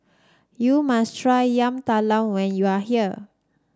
you must try Yam Talam when you are here